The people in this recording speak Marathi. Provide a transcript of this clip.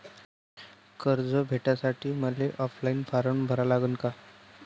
कर्ज भेटासाठी मले ऑफलाईन फारम भरा लागन का?